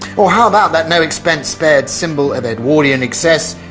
or how about that no-expense-spared symbol of edwardian excess,